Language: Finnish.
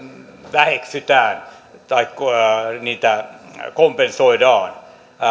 väheksytään tai niitä kompensoidaan